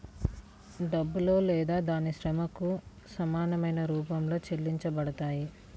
డబ్బులో లేదా దాని శ్రమకు సమానమైన రూపంలో చెల్లించబడతాయి